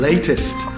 latest